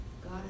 God